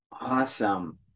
Awesome